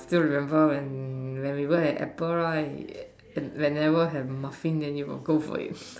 still remember when when we work at apple right whenever have muffin then you'll go for it